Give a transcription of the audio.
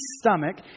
stomach